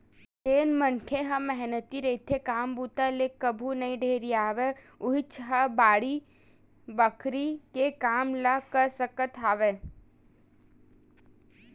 जेन मनखे ह मेहनती रहिथे, काम बूता ले कभू नइ ढेरियावय उहींच ह बाड़ी बखरी के काम ल कर सकत हवय